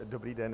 Dobrý den.